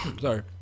Sorry